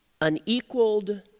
unequaled